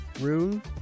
room